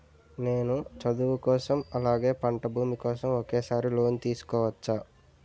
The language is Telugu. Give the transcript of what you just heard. నేను చదువు కోసం అలాగే పంట భూమి కోసం ఒకేసారి లోన్ తీసుకోవచ్చా?